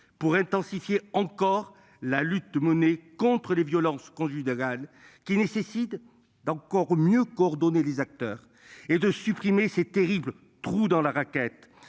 pour intensifier encore la lutte menée contre les violences conduit de Galles qui nécessite d'encore mieux coordonner les acteurs et de supprimer ces terribles trous dans la raquette